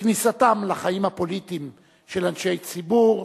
כניסתם לחיים הפוליטיים של אנשי ציבור,